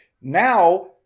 Now